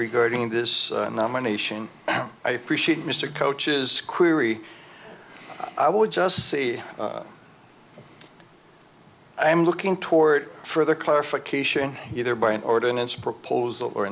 regarding this nomination i appreciate mr coaches query i would just say i am looking toward further clarification either by an ordinance proposal or